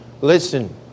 Listen